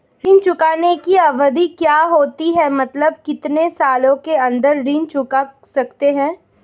ऋण चुकाने की अवधि क्या होती है मतलब कितने साल के अंदर ऋण चुका सकते हैं?